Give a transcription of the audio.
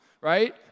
right